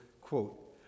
quote